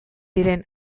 diren